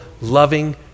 loving